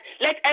Let